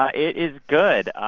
ah it is good.